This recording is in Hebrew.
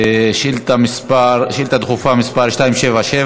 שאילתה דחופה מס' 277,